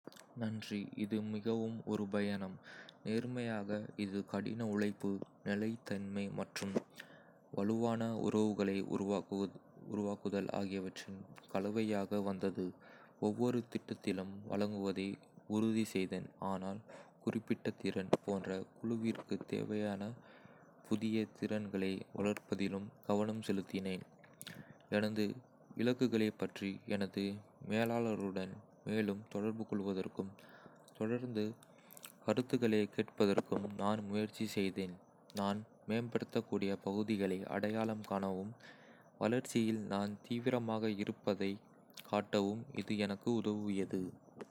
நன்றி! இது மிகவும் ஒரு பயணம். நேர்மையாக, இது கடின உழைப்பு, நிலைத்தன்மை மற்றும் வலுவான உறவுகளை உருவாக்குதல் ஆகியவற்றின் கலவையாக வந்தது. ஒவ்வொரு திட்டத்திலும் வழங்குவதை உறுதிசெய்தேன், ஆனால் குறிப்பிட்ட திறன் போன்ற குழுவிற்குத் தேவையான புதிய திறன்களை வளர்ப்பதிலும் கவனம் செலுத்தினேன். எனது இலக்குகளைப் பற்றி எனது மேலாளருடன் மேலும் தொடர்புகொள்வதற்கும், தொடர்ந்து கருத்துக்களைக் கேட்பதற்கும் நான் முயற்சி செய்தேன். நான் மேம்படுத்தக்கூடிய பகுதிகளை அடையாளம் காணவும், வளர்ச்சியில் நான் தீவிரமாக இருப்பதைக் காட்டவும் இது எனக்கு உதவியது.